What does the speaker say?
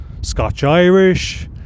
Scotch-Irish